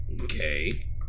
okay